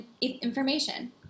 information